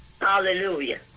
Hallelujah